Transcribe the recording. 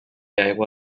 aigua